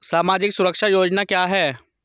सामाजिक सुरक्षा योजना क्या है?